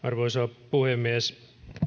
arvoisa puhemies